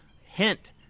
Hint